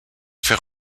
fait